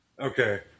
Okay